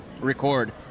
record